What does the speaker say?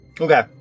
Okay